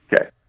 Okay